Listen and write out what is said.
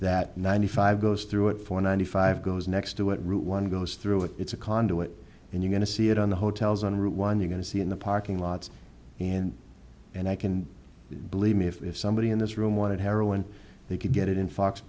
that ninety five goes through it for ninety five goes next to it route one goes through it it's a conduit and you're going to see it on the hotels on route one you're going to see in the parking lots and and i can believe me if somebody in this room wanted heroin they could get it in fox